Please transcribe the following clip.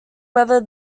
whether